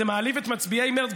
זה מעליב את מצביעי מרצ?